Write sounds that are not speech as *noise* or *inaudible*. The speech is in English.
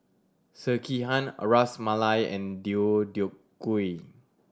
Sekihan *unintelligible* Ras Malai and Deodeok Gui